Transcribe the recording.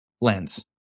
lens